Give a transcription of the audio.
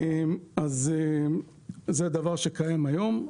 זה דבר שקיים היום.